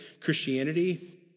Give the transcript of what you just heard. Christianity